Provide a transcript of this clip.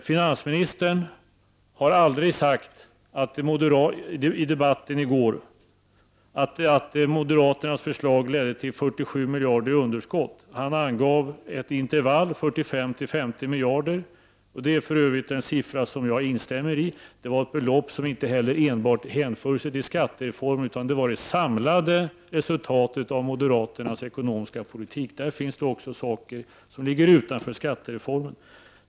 Finansministern sade aldrig i debatten i går att moderaternas förslag ledde till 47 miljarder i underskott. Han angav ett intervall, 45—50 miljarder, och det är för övrigt en bedömning som jag instämmer i. Det var ett belopp som inte heller enbart hänförde sig till skattereformen, utan det var det samlade resultatet av moderaternas ekonomiska politik. Där finns också saker som ligger utanför skattereformen.